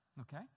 Okay